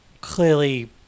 Clearly